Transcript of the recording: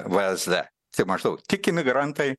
vsd tai maždaug tik imigrantai